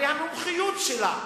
הרי המומחיות שלה